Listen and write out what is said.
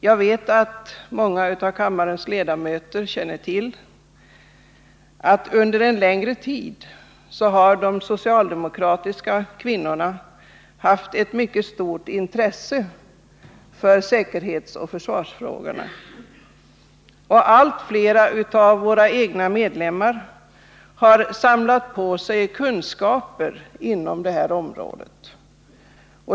Jag vet att många av kammarens ledamöter känner till att de socialdemokratiska kvinnorna under en längre tid haft ett mycket stort intresse för säkerhetsoch försvarsfrågorna. Allt fler av våra medlemmar har samlat på sig kunskaper inom det här området.